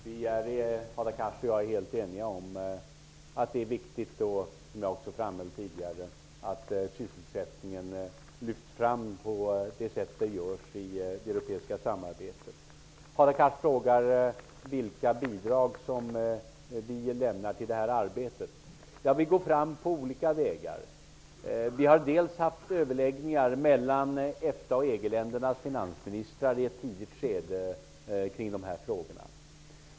Herr talman! Hadar Cars och jag är helt eniga om att det är viktigt att sysselsättningen lyfts fram på det sätt som sker i det europeiska samarbetet. Det framhöll jag också tidigare. Hadar Cars frågade vilka bidrag vi lämnar till det arbetet. Vi går fram på olika vägar. Vi har i ett tidigt skede haft överläggningar kring de här frågorna mellan EFTA och EG-ländernas finansministrar.